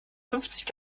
fünfzig